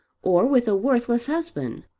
or with a worthless husband.